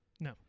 No